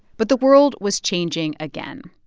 but the world was changing again.